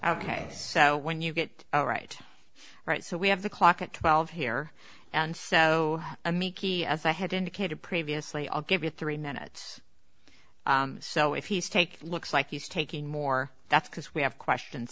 ok so when you get all right right so we have the clock at twelve here and so i'm a key as i had indicated previously i'll give you three minutes so if he's take looks like he's taking more that's because we have questions